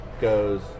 goes